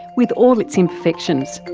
with all its imperfections.